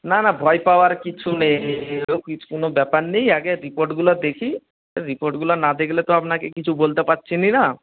না না ভয় পাওয়ার কিছু নেই ও কোনো ব্যাপার নেই আগে রিপোর্টগুলো দেখি রিপোর্টগুলো না দেখলে তো আপনাকে কিছু বলতে পারছি না না